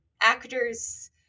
actors